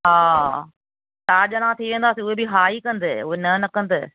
हा चारि ॼणा थी वेंदासी उहे बि हा ई कंदई उहे न न कंदई